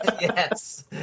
Yes